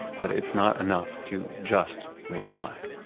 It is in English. but it's not enough to just read the plaque.